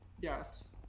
Yes